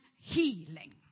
healing